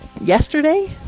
yesterday